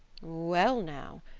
well now,